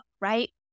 right